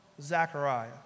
Zechariah